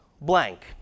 blank